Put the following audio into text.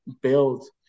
build